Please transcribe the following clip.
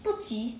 不急